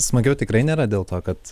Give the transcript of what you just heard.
smagiau tikrai nėra dėl to kad